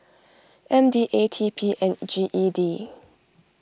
M D A T P and G E D